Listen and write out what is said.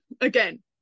again